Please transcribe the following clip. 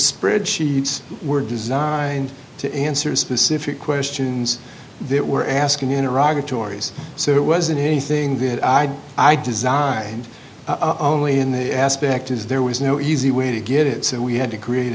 spreadsheets were designed to answer specific questions they were asking in iraq authorities so it wasn't anything that i designed only in the aspect is there was no easy way to get it so we had to create